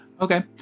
Okay